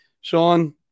Sean